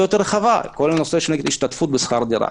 יותר רחבה כל הנושא של השתתפות בשכר דירה.